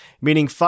meaning